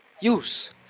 Use